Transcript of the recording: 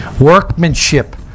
Workmanship